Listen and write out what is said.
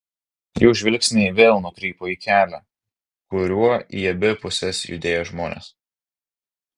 jų žvilgsniai vėl nukrypo į kelią kuriuo į abi puses judėjo žmonės